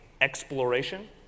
exploration